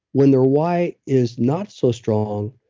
when their why is not so strong,